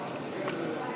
לחוק-יסוד: